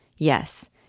Yes